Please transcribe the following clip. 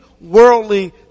worldly